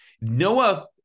Noah